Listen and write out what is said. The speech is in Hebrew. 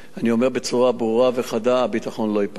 אומר בצורה ברורה וחדה: הביטחון לא ייפגע.